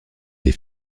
des